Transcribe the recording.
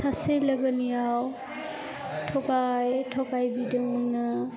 सासे लोगोनिआव थगाय थागाय बिदोंमोननो